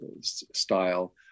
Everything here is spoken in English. style